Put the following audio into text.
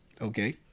Okay